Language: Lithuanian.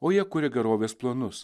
o jie kuria gerovės planus